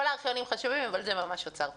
כל הארכיונים חשובים אבל זה ממש אוצר תרבותי.